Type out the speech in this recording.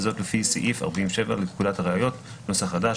וזאת לפי סעיף 47 לפקודת הראיות [נוסח חדש],